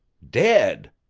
dead!